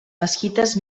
mesquites